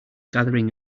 gathering